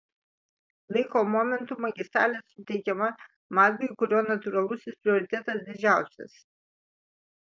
laiko momentu magistralė suteikiama mazgui kurio natūralusis prioritetas didžiausias